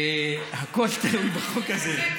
והכול תלוי בחוק הזה.